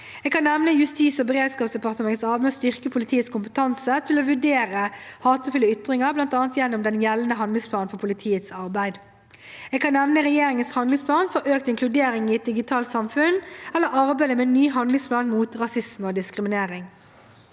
Justis- og beredskapsdepartementets arbeid med å styrke politiets kompetanse til å vurdere hatefulle ytringer, bl.a. gjennom den gjeldende handlingsplanen for politiets arbeid. Jeg kan nevne regjeringens handlingsplan for økt inkludering i et digitalt samfunn eller arbeidet med en ny handlingsplan mot rasisme og diskriminering.